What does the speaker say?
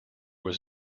was